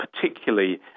particularly